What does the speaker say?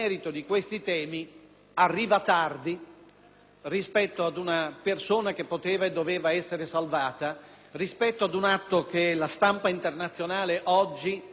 rispetto ad una persona che poteva e doveva essere salvata, rispetto ad un atto che la stampa internazionale oggi considera eutanasico,